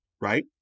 Right